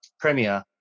premier